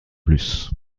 plus